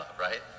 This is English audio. right